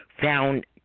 found